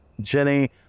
Jenny